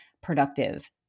productive